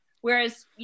Whereas